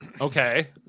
Okay